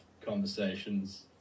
conversations